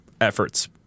efforts